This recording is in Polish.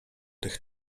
tych